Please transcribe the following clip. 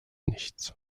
nichts